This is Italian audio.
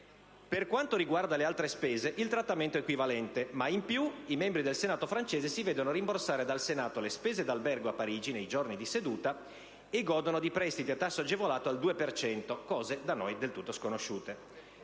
Per quanto riguarda le altre spese, il trattamento è equivalente. In più i membri del Senato francese si vedono rimborsare le spese d'albergo a Parigi nei giorni di seduta e godono di prestiti a tasso agevolato al 2 per cento, cose del tutto sconosciute